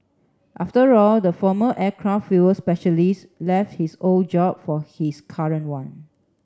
after all the former aircraft fuel specialist left his old job for his current one